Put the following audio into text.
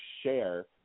share